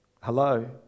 Hello